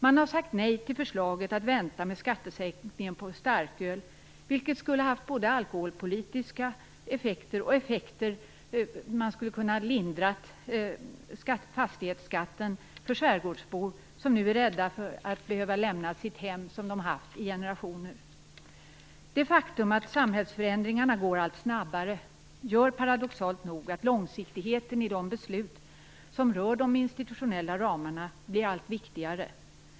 Man har sagt nej till förslaget att vänta med skattesänkningen på starköl, vilken skulle ha haft både alkoholpolitiska effekter och effekten att fastighetsskatten lindrades för skärgårdsbor som nu är rädda för att behöva lämna sina hem som varit i släktens ägo i generationer. Det faktum att samhällsförändringarna går allt snabbare gör paradoxalt nog att långsiktigheten i beslut som rör de institutionella ramarna blir allt viktigare.